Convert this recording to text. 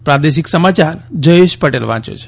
પ્રાદેશિક સમાચાર જયેશ પટેલ વાંચે છે